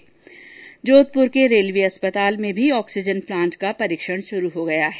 इसी तरह जोधपुर के रेल्वे अस्व्यताल में ऑक्सीजन प्लांट का परीक्षण शुरू हो गया है